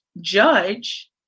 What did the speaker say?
judge